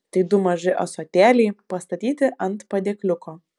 tai du maži ąsotėliai pastatyti ant padėkliuko